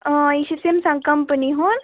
اۭں یہِ چھُ Samsung company ہُنٛد